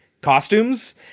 costumes